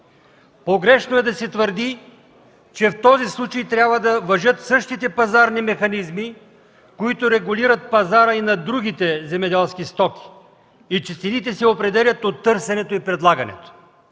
Погрешно е да се твърди, че в този случай трябва да важат същите пазарни механизми, които регулират пазара и на другите земеделски стоки и че цените се определят от търсенето и предлагането.